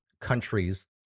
countries